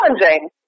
challenging